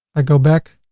i go back.